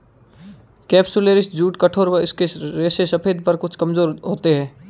capsularis जूट कठोर व इसके रेशे सफेद पर कुछ कमजोर होते हैं